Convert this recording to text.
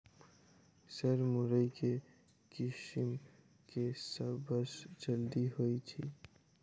Sir मुरई केँ किसिम केँ सबसँ जल्दी होइ छै?